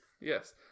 Yes